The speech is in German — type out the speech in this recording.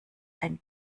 ein